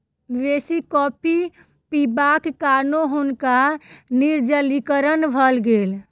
बेसी कॉफ़ी पिबाक कारणें हुनका निर्जलीकरण भ गेल